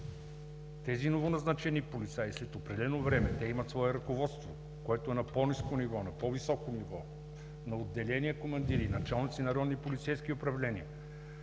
Тези новоназначени полицаи след определено време – те имат свое ръководство, което е на по-ниско ниво, на по-високо ниво, командири на отделения, началници на